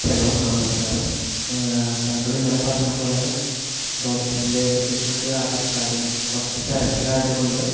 hello നമസ്കാരം താങ്കൾ ഇന്നലെ പറഞ്ഞപോലെ ഡോക്യുമെൻ്റ് വെരിഫിക്കേഷന് വേണ്ടി ആധാർ കാർഡ് ഞാൻ കുറച്ച് തിരക്കിലായതുകൊണ്ട്